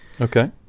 Okay